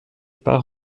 part